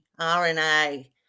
RNA